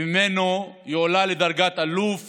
וממנו הוא הועלה לדרגת אלוף